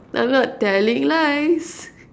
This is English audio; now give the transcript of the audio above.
I'm not telling lies